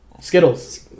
Skittles